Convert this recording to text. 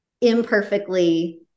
imperfectly